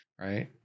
Right